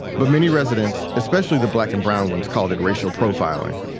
but many residents, especially the black and brown ones, called it racial profiling